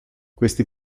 questi